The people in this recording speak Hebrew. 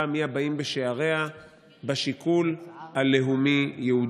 מי הבאים בשעריה בשיקול הלאומי-יהודי.